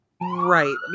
Right